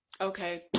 okay